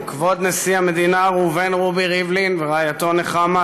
מכובדנו כבוד נשיא המדינה ראובן רובי ריבלין ורעייתו נחמה,